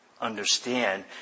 understand